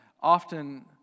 often